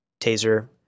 taser